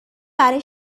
برا